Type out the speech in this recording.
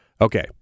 Okay